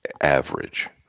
average